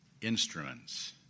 instruments